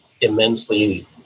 immensely